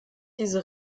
diese